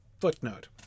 Footnote